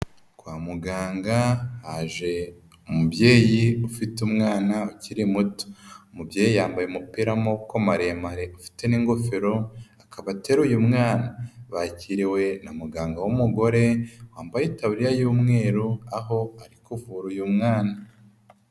Kwa muganga haje umubyeyi ufite umwana ukiri muto, umubyeyi yambaye umupira w'amaboko maremare afite n'ingofero akaba ateruye umwana, bakiriwe na muganga w'umugore wambaye itaburiya y'umweru aho ari kuvura uyu mwana.